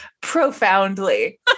profoundly